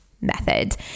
method